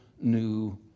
new